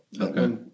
Okay